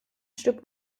stück